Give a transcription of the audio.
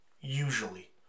usually